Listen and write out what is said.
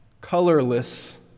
colorless